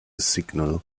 signal